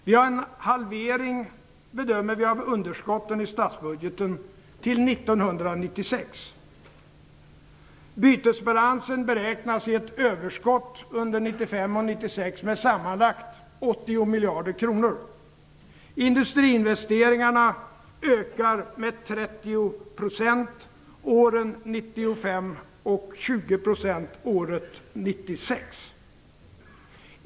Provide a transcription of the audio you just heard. Vi bedömer att det blir en halvering av underskotten i statsbudgeten till 1996. Bytesbalansen beräknas ge ett överskott under 1995 och 1996 med sammanlagt 80 miljarder kronor. Industriinvesteringarna ökar med 30 % år 1995 och med 20 % år 1996.